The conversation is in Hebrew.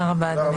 תודה רבה, אדוני.